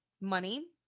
money